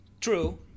True